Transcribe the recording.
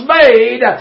made